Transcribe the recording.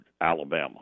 Alabama